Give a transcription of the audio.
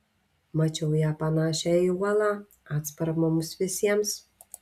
mačiau ją panašią į uolą atsparą mums visiems